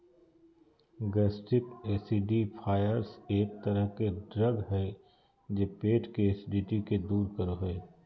gastric acidifiers एक तरह के ड्रग हय जे पेट के एसिडिटी के दूर करो हय